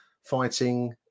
fighting